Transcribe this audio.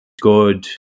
good